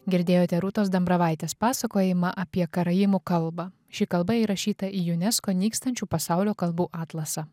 girdėjote rūtos dambravaitės pasakojimą apie karaimų kalbą ši kalba įrašyta į unesco nykstančių pasaulio kalbų atlasą